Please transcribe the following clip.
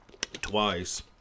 Twice